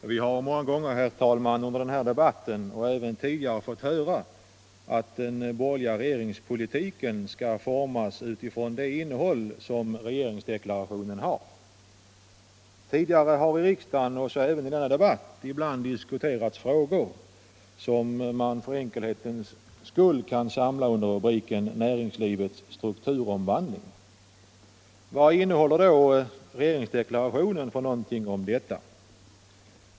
Herr talman! Vi har många gånger under den här debatten, och även tidigare, fått höra att den borgerliga regeringspolitiken skall formas utifrån det innehåll som regeringsdeklarationen har. Tidigare har i riksdagen — och även i denna debatt — ibland diskuterats frågor som man för enkelhetens skull kan samla under rubriken ”näringslivets strukturomvandling”. | Vad innehåller då regeringsdeklarationen för någonting om detta.